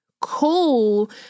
cool